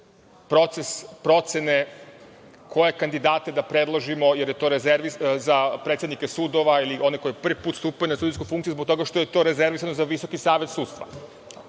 proces procene koje kandidate da predložimo za predsednike sudova ili one koji prvi put stupaju na sudijsku funkciju zbog toga što je to rezervisano za Visoki savet sudstva.